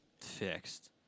fixed